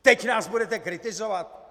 A teď nás budete kritizovat?!